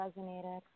resonated